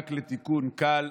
רק תיקון קל.